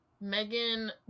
Megan